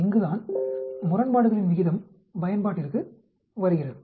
இங்குதான் முரண்பாடுகளின் விகிதம் பயன்பாட்டிற்கு வருகிறது